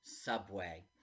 subway